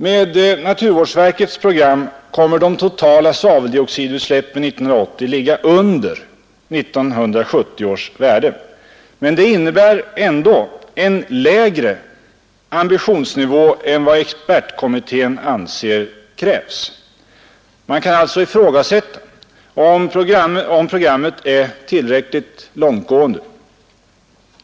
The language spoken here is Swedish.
Med naturvårdsverkets program kommer de totala svaveldioxidutsläppen 1980 att ligga under 1970 års värden. Men det innebär ändå en lägre ambitionsnivå än vad expertkommittén anser krävs. Man kan alltså ifrågasätta om programmet är tillräckligt långtgående.